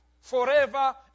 forever